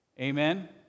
Amen